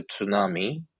tsunami